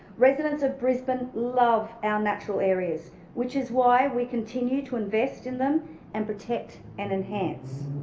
residents of brisbane love our natural areas which is why we continue to invest in them and protect and enhance.